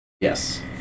Yes